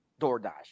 DoorDash